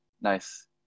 nice